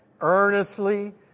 earnestly